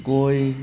गय